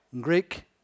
Greek